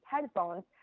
headphones